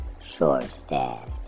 short-staffed